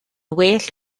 well